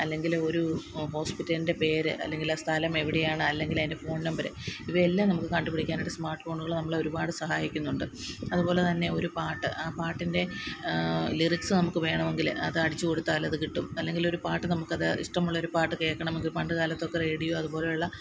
അല്ലെങ്കിൽ ഒരു ഹോസ്പിറ്റലിന്റെ പേര് അല്ലെങ്കിൽ ആ സ്ഥലം എവിടെയാണ് അല്ലെങ്കിൽ അതിന്റെ ഫോണ് നമ്പര് ഇവയെല്ലാം നമുക്ക് കണ്ട് പിടിക്കാന് ഒരു സ്മാര്ട്ട് ഫോണ് ഉള്ള നമ്മളെ ഒരുപാട് സഹായിക്കുന്നുണ്ട് അതുപോലെ തന്നെ ഒരു പാട്ട് ആ പാട്ടിന്റെ ലിറിക്സ് നമുക്ക് വേണമെങ്കിൽ അതടിച്ചു കൊടുത്താൽ അത് കിട്ടും അല്ലെങ്കിൽ ഒരു പാട്ട് നമുക്ക് അത് ഇഷ്ടമുള്ളൊരു പാട്ട് കേൾക്കണമെങ്കില് പണ്ട് കാലത്ത് ഒക്കെ റേഡിയോ അത് പോലെ ഉള്ള